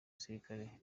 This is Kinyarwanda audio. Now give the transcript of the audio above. gisirikare